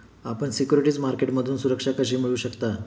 आपण सिक्युरिटीज मार्केटमधून सुरक्षा कशी मिळवू शकता?